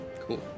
Cool